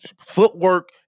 footwork